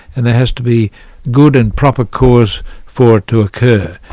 and there has to be good and proper cause for it to occur,